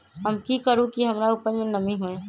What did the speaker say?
हम की करू की हमार उपज में नमी होए?